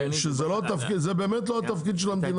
זה לא התפקיד, זה באמת לא התפקיד של המדינה.